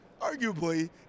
Arguably